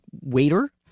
waiter